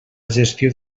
gestió